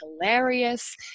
hilarious